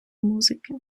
музики